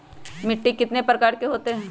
मिट्टी कितने प्रकार के होते हैं?